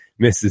Mrs